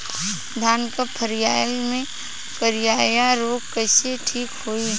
धान क फसलिया मे करईया रोग कईसे ठीक होई?